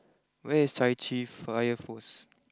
where is Chai Chee fire post